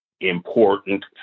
important